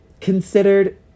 considered